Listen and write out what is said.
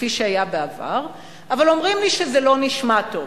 כפי שהיה בעבר, אבל אומרים לי שזה לא נשמע טוב.